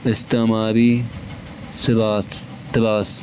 استعماری تراس